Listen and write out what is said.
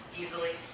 easily